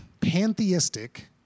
pantheistic